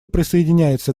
присоединяется